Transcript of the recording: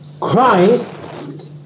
Christ